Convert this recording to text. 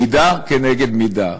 מידה כנגד מידה.